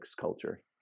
culture